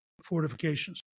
fortifications